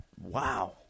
wow